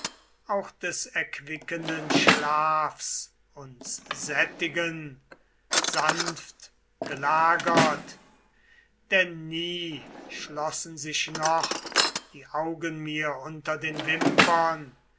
auch des erquickenden schlafs uns sättigen sanft gelagert denn nie schlossen sich noch die augen mir unter den wimpern